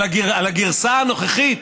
אבל על הגרסה הנוכחית,